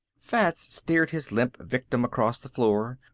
fats steered his limp victim across the floor,